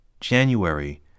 January